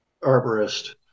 arborist